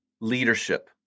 leadership